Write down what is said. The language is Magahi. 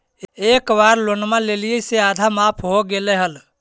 एक बार लोनवा लेलियै से आधा माफ हो गेले हल?